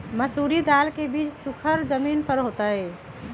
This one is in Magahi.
मसूरी दाल के बीज सुखर जमीन पर होतई?